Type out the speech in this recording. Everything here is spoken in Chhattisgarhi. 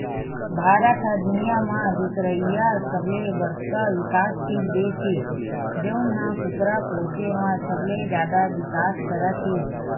भारत ह दुनिया म दुसरइया सबले बड़का बिकाससील देस हे जउन ह कुकरा पोसे म सबले जादा बिकास करत हे